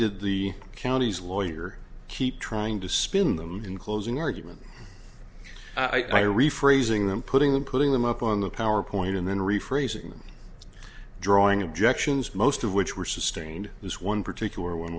did the county's lawyer keep trying to spin them in closing argument i rephrasing them putting them putting them up on the power point and then rephrasing them drawing objections most of which were sustained this one particular one